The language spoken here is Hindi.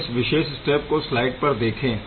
हम इस विशेष स्टेप को स्लाइड पर देखें